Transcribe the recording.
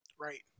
Right